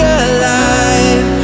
alive